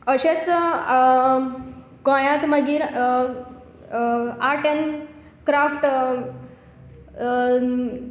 अशेंच गोंयांत मागीर आर्ट ऍण्ड क्राफ्ट